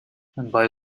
bei